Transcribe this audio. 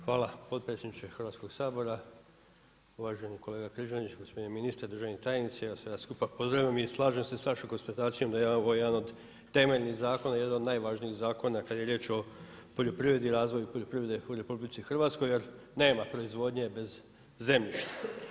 Hvala potpredsjedniče Hrvatskog sabora, uvaženi kolega Križanić, gospodine ministre, državni tajnici, ja vas sve skupa pozdravljam i slažem sa vašom konstatacijom da je ovo jedan od temeljnih zakona, jedan od najvažnijih zakona kad je riječ o poljoprivredi i razvoju poljoprivrede u RH jer nema proizvodnje bez zemljišta.